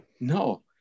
No